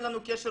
אין לנו קשר,